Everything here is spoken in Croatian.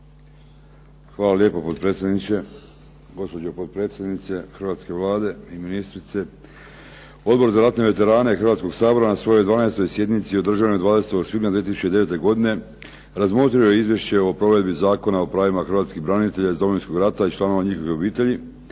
Hvala lijepo potpredsjedniče, gospodo potpredsjednice hrvatske Vlade i ministrice. Odbor za ratne veterane Hrvatskog sabora na svojoj je 12. sjednici održanoj 20. svibnja 2009. godine razmotrio izvješće o provedbi Zakona o pravima hrvatskih branitelja iz Domovinskog rata i članova njihovih obitelji